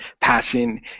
passion